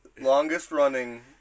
longest-running